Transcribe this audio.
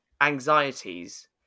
anxieties